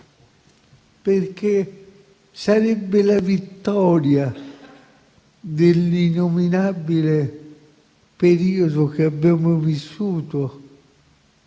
perché sarebbe la vittoria dell'innominabile periodo che abbiamo vissuto